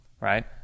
right